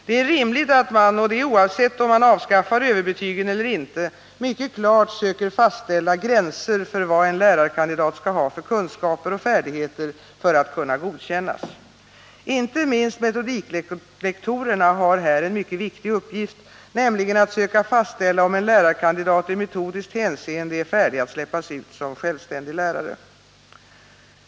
Det är rimligt att man — och det oavsett om man avskaffar överbetygen eller inte — mycket klart söker fastställa gränser för vad en lärarkandidat skall ha för kunskaper och färdigheter för att kunna godkännas. Inte minst metodiklektorerna har här en mycket viktig uppgift, nämligen att söka fastställa om en lärarkandidat i metodiskt hänseende är färdig att släppas ut som självständig lärare.